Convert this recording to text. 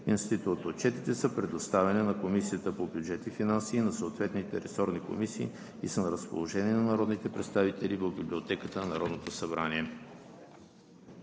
институт. Отчетите са предоставени на Комисията по бюджет и финанси и на съответните ресорни комисии, и са на разположение на народните представители в Библиотеката на Народното събрание.